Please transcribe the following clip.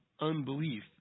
unbelief